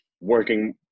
working